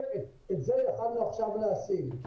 --- את זה יכולנו עכשיו להשיג,